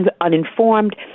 uninformed